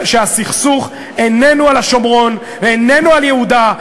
שהסכסוך איננו על השומרון ואיננו על יהודה,